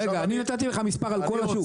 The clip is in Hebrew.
אני נתתי לך מספר על כל השוק.